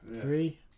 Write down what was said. Three